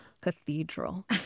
cathedral